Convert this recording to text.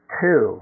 two